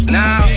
now